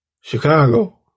Chicago